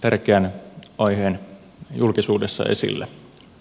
tärkeän aiheen julkisuudessa esille vastikään